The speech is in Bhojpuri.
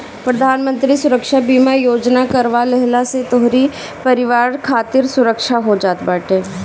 प्रधानमंत्री सुरक्षा बीमा योजना करवा लेहला से तोहरी परिवार खातिर सुरक्षा हो जात बाटे